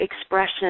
expression